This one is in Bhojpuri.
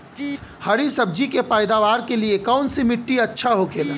हरी सब्जी के पैदावार के लिए कौन सी मिट्टी अच्छा होखेला?